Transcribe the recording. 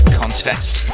contest